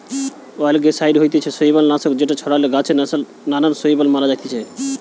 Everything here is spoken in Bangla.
অয়েলগেসাইড হতিছে শৈবাল নাশক যেটা ছড়ালে গাছে নানান শৈবাল মারা জাতিছে